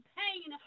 pain